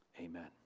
Amen